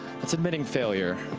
that's admitting failure.